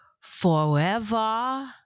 forever